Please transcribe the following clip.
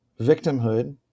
victimhood